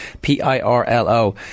P-I-R-L-O